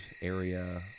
area